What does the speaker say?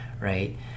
right